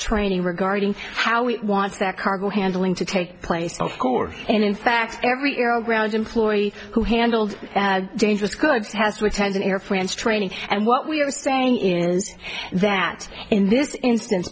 training regarding how we watch that cargo handling to take place of course and in fact every arrow ground employee who handled dangerous goods has which has an air france training and what we are saying in that in this instance